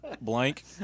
blank